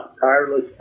tireless